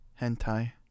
Hentai